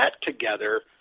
together